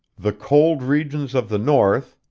the cold regions of the north,